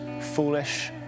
foolish